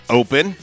open